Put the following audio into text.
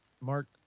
Mark